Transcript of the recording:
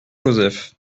joseph